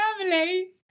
family